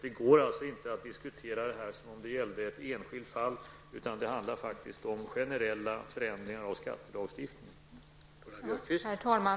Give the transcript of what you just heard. Det går inte att diskutera detta som om det gällde ett enskilt fall, utan det handlar faktiskt om generella förändringar av skattelagstiftningen.